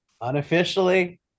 unofficially